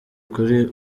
kuri